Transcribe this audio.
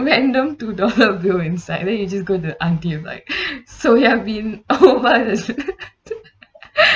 random to the view inside then you're just going to auntie like soya bean over